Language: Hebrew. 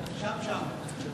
על